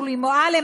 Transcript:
שולי מועלם,